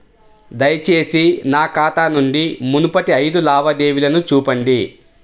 దయచేసి నా ఖాతా నుండి మునుపటి ఐదు లావాదేవీలను చూపండి